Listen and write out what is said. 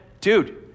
dude